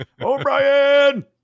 O'Brien